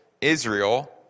Israel